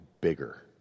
bigger